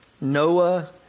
Noah